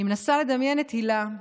אני מנסה לדמיין את הילה,